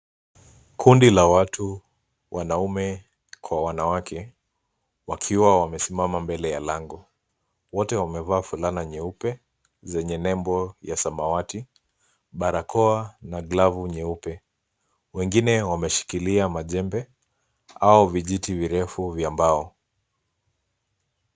Kundi la watu, wanaume kwa wanawake, wakiwa wamesimama mbele ya lango. Wote wamevaa fulana nyeupe zenye nembo ya samawati, barakoa na glavu nyeupe. Wengine wameshikilia majembe au vijiti virefu vya mbao.